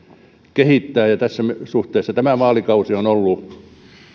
kehittää ja ja tässä suhteessa tämä vaalikausi on ollut